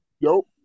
Nope